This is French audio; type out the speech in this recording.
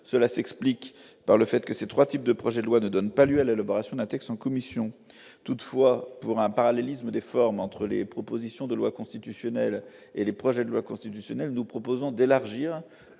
cela s'explique par le fait que ces 3 types de projets de loi donne Paluel, élaboration d'un texte en commission toutefois pour un parallélisme des formes entre les propositions de loi constitutionnelle et les projets de loi constitutionnelle, nous proposons d'élargir